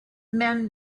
men